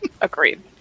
Agreed